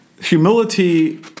humility